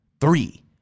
three